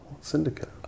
Syndicate